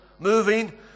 moving